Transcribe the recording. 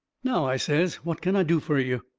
now, i says, what can i do fur you?